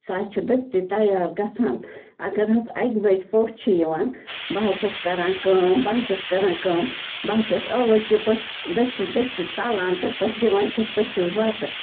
سُہ حظ چھُ دٔستی تیار گژھان اَگر حظ اَکہِ بَجہِ پوٚژھ چھُ یِوان بہٕ حظ چھَس کَران کٲم بہٕ حظ چھَس کَران کٲم بہٕ حظ چھَس ٲلَو چِپٕس دٔستی دٔستی تَلان تہٕ بَس دِوان چھَس پٔژھِس بَتہٕ